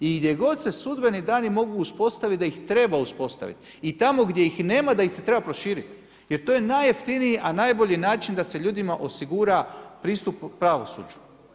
I gdje god se sudbeni dani mogu uspostaviti, da ih treba uspostaviti, i tamo gdje ih nema, da ih treba proširit, jer to je najjeftiniji, a najbolji način, da se ljudima osigura pristup pravosuđu.